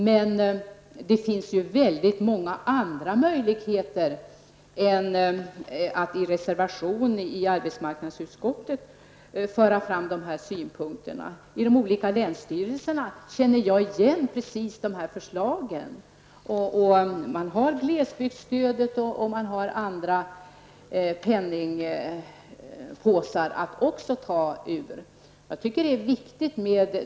Men det finns väldigt många andra möjligheter än att i en reservation till arbetsmarknadsutskottets betänkande föra fram dessa synpunkter. Jag har sett samma förslag ute i de olika länsstyrelserna. Det finns glesbygdsstödet och andra penningspåsar att ta pengar ifrån.